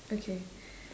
okay